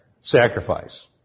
sacrifice